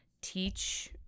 teach